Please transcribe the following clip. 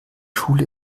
schule